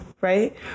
right